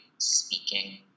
speaking